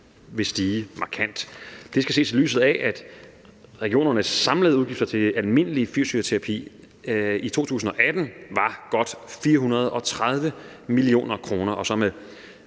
vil stige markant. Det skal ses i lyset af, at regionernes samlede udgifter til almindelig fysioterapi i 2018 var godt 430 mio. kr., og med